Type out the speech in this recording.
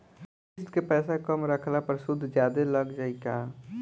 किश्त के पैसा कम रखला पर सूद जादे लाग जायी का?